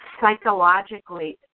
psychologically